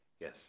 Yes